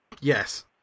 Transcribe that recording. Yes